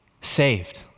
saved